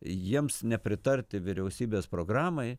jiems nepritarti vyriausybės programai